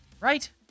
right